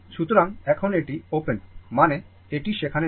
সুতরাং এখন এটি ওপেন মানে এটি সেখানে নেই